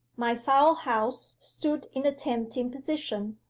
my fowlhouse stood in a tempting position,